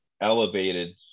elevated